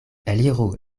eliru